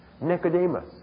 Nicodemus